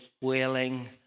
wailing